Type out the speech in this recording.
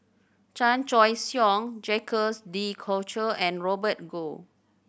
Chan Choy Siong Jacques De Coutre and Robert Goh